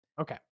Okay